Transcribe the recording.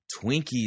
Twinkies